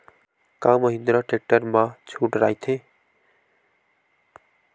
का महिंद्रा टेक्टर मा छुट राइथे?